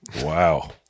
Wow